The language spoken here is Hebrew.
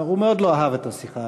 הוא מאוד לא אהב את השיחה,